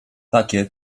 takie